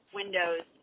windows